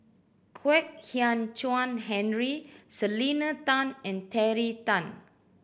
Kwek Hian Chuan Henry Selena Tan and Terry Tan